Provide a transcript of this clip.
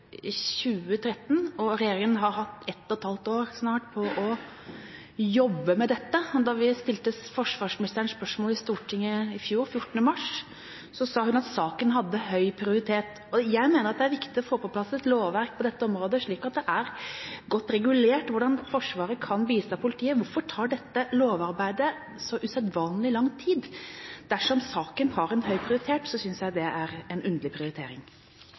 2013. Regjeringa har altså hatt snart ett og et halvt år på å jobbe med dette. Da vi stilte forsvarsministeren spørsmål om dette i mars i fjor, sa hun at saken hadde høy prioritet. Jeg mener at det er viktig å få på plass et lovverk på dette området, slik at det er godt regulert hvordan Forsvaret kan bistå politiet. Hvorfor tar dette lovarbeidet så usedvanlig lang tid? Dersom saken har høy prioritet, synes jeg det er en underlig prioritering.